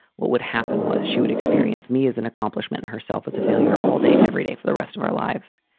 what would happen was she would experience me as an accomplishment in herself, as a failure all day everyday for the rest of our lives.